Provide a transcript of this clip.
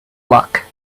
luck